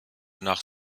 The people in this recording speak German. nach